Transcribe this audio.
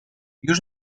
już